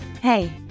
Hey